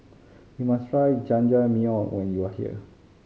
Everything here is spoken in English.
you must try Jajangmyeon when you are here